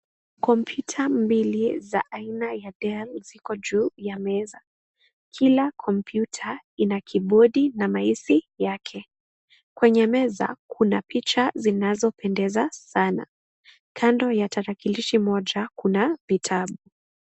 Kompyuta mbili za aina ya Dell ziko juu ya meza, kila kompyuta ina kibodi na maosi yake, kwenye meza kuna picha zinazopendeza sana, kando ya tarakilishi moja kuna picha...